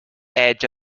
edge